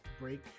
break